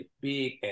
big